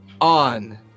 on